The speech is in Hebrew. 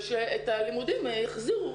ושאת הלימודים יחזירו